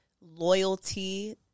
loyalty